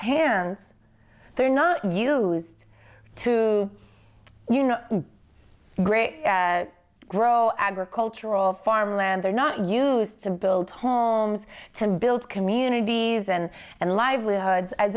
hands they're not used to you know great grow agricultural farmland they're not used to build homes to build communities and and livelihoods as